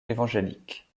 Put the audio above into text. évangélique